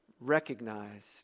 recognized